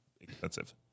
expensive